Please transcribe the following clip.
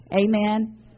Amen